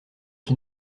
qui